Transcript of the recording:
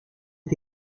est